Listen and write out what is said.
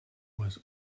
was